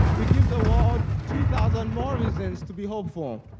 we give the world two thousand more reasons to be hopeful.